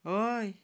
हय